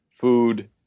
food